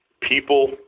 people